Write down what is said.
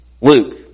Luke